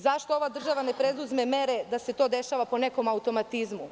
Zašto ova država ne preduzme mere da se to dešava po nekom automatizmu?